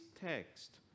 text